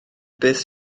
beth